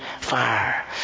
fire